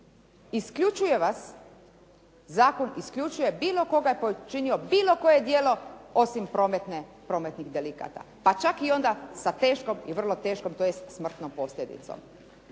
isključuje vas, zakon isključuje bilo koga koji je činio bilo koje djelo osim prometnih delikata, pa čak i onda sa teškom i vrlo teškom, tj. smrtnom posljedicom.